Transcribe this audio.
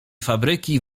fabryki